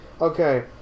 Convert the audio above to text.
Okay